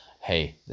hey